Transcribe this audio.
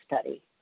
Study